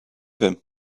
him